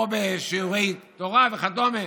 פה לשיעורי תורה וכדומה.